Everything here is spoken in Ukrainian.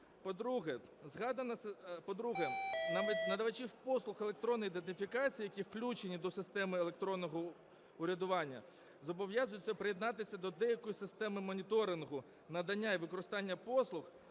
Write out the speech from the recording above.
По-друге, надавачів послуг електронних ідентифікацій, які включені до системи електронного врядування, зобов'язують приєднатися до деякої системи моніторингу надання і використання послуг.